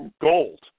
Gold